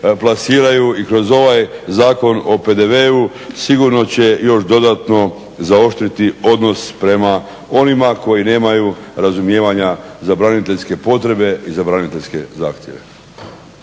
i kroz ovaj Zakon o PDV-u sigurno će još dodatno zaoštriti odnos prema onima koji nemaju razumijevanja za braniteljske potrebe i za braniteljske zahtjeve.